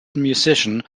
musician